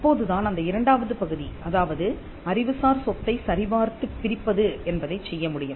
அப்போதுதான் அந்த இரண்டாவது பகுதி அதாவது அறிவுசார் சொத்தை சரிபார்த்து பிரிப்பது என்பதைச் செய்யமுடியும்